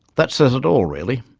that says it all, really.